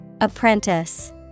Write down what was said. apprentice